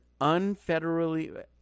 unfederally